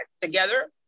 together